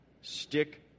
Stick